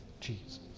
Jesus